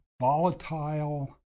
volatile